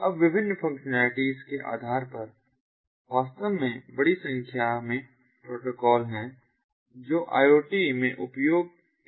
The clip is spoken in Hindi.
अब विभिन्न फंक्शनैलिटीज के आधार पर वास्तव में बड़ी संख्या में प्रोटोकॉल हैं जो IoT में उपयोग के लिए प्रस्तावित हैं